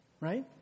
Right